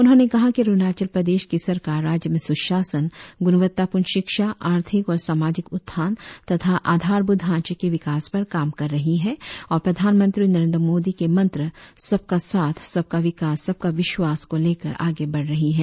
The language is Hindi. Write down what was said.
उन्होंने कहा कि अरुणाचल प्रदेश की सरकार राज्य में सुशासन गुणवत्तापूर्ण शिक्षा आर्थिक और सामाजिक उत्थान तथा आधारभूत ढ़ांचे के विकास पर काम कर रही है और प्रधानमंत्री नरेन्द्र मोदी के मंत्र सबका साथ सबका विकास सबका विश्वास को लेकर आगे बढ़ रही है